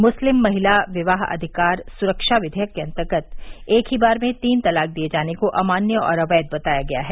मुस्लिम महिला विवाह अधिकार सुरक्षा विघेयक के अंतर्गत एक ही बार में तीन तलाक दिए जाने को अमान्य और अवैध बताया गया है